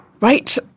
right